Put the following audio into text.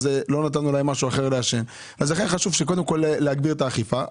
לכן קודם כל חשוב לגביר את האכיפה.